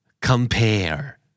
compare